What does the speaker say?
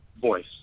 voice